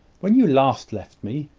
when you last left me,